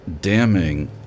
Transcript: damning